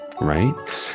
right